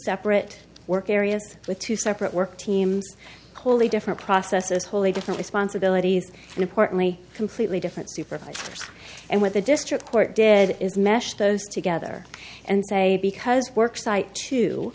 separate work areas with two separate work teams wholly different processes wholly different responsibilities importantly completely different supervisors and what the district court did is mash those together and say because work site to